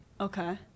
Okay